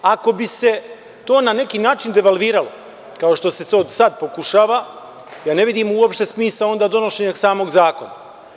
Ako bi se na neki način devalviralo, kao što se sad pokušava, ja ne vidim uopšte smisao onda donošenja samog zakona.